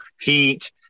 heat